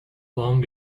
long